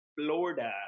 florida